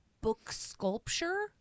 book-sculpture